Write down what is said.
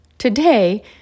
Today